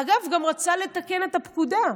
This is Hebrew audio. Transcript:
אגב, גם רצה לתקן את הפקודה,